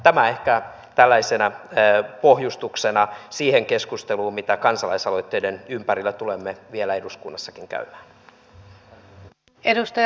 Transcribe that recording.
tämä ehkä tällaisena pohjustuksena siihen keskusteluun mitä kansalaisaloitteiden ympärillä tulemme vielä eduskunnassakin käymään